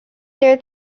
there